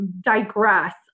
digress